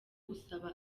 usaba